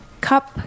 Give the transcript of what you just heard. cup